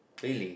really